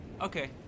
Okay